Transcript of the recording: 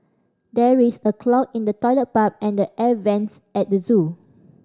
there is a clog in the toilet pipe and the air vents at the zoo